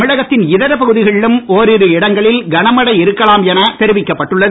தமிழகத்தின் இதரப் பகுதிகளிலும் ஓரிரு இடங்களில் கனமழை இருக்கலாம் என தெரிவிக்கப்பட்டுள்ளது